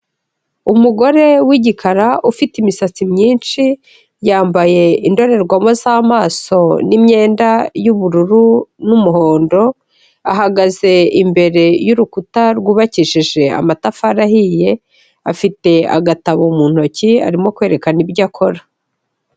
Umugore w'igikara ufite imisatsi myinshi, yambaye indorerwamo z'amaso n'imyenda y'ubururu n'umuhondo, ahagaze imbere y'urukuta rwubakishije amatafari ahiye, afite agatabo mu ntoki arimo kwerekana ibyo akora.